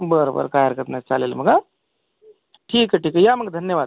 बरं बरं काही हरकत नाही चालेल मग हा ठीक आहे ठीक आहे या मग धन्यवाद